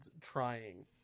trying